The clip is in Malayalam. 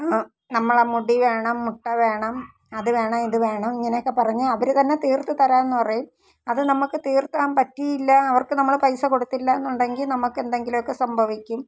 നമ്മളെ മുടി വേണം മുട്ട വേണം അത് വേണം ഇത് വേണം ഇങ്ങനൊക്കെ പറഞ്ഞ് അവർ തന്നെ തീർത്ത് തരാംന്ന് പറയും അത് നമുക്ക് തീർക്കാൻ പറ്റില്ല അവർക്ക് നമ്മൾ പൈസ കൊടുത്തില്ലാന്നുണ്ടെങ്കിൽ നമ്മക്കെന്തെങ്കിലുമൊക്കെ സംഭവിയ്ക്കും